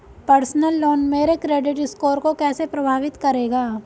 Personal loan मेरे credit score को कैसे प्रभावित करेगा?